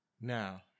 Now